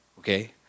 Okay